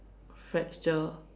fracture